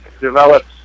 develops